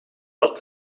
dat